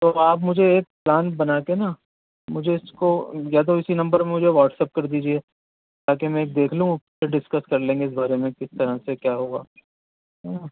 تو آپ مجھے ایک پلان بنا کے نا مجھے اس کو یا تو اسی نمبر پہ مجھے واٹس ایپ کر دیجیے تاکہ میں دیکھ لوں پھر ڈسکس کر لیں گے اس بارے میں کس طرح سے کیا ہوگا ہاں